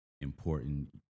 important